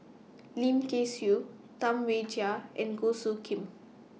Lim Kay Siu Tam Wai Jia and Goh Soo Khim